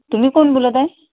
तुम्ही कोण बोलत आहे